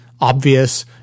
obvious